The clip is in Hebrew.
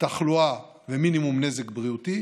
תחלואה ומינימום נזק בריאותי